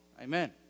Amen